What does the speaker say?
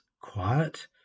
quiet